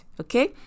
okay